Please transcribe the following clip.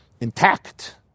intact